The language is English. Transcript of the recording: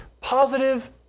positive